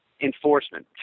enforcement